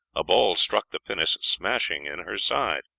a ball struck the pinnace, smashing in her side.